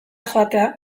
joatea